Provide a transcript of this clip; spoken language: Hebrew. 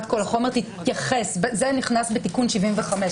כל החומר תתייחס זה נכנס בתיקון 75,